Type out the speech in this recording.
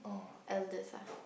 elders ah